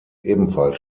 ebenfalls